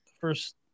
First –